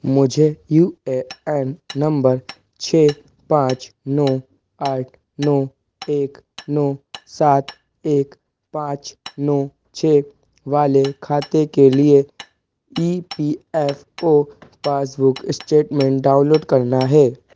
मुझे U A N number छ पाँच नौ आठ नौ एक नौ सात एक पाँच नौ छ वाले खाते के लिए E P F O passbook statement download करना है